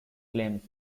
claims